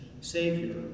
Savior